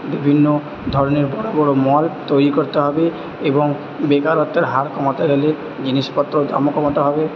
বিভিন্ন ধরণের বড়ো বড়ো মল তৈরি করতে হবে এবং বেকারত্বের হার কমাতে গেলে জিনিসপত্রর দামও কমাতে হবে